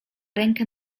rękę